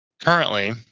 Currently